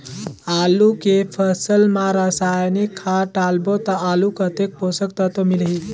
आलू के फसल मा रसायनिक खाद डालबो ता आलू कतेक पोषक तत्व मिलही?